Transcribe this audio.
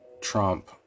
Trump